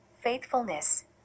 faithfulness